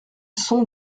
sont